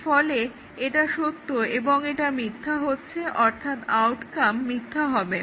এর ফলে এটা সত্য এবং এটা মিথ্যা হচ্ছে অর্থাৎ আউটকাম মিথ্যা হবে